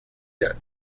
yet